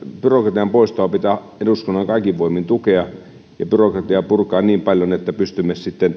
byrokratian poistoa pitää eduskunnan kaikin voimin tukea ja byrokratiaa purkaa niin paljon että pystymme sitten